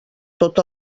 tot